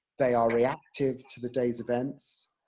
they are reactive to the day's events.